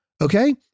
okay